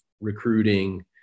recruiting